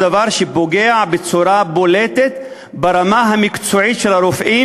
דבר שפוגע בצורה בולטת ברמה המקצועית שלהם,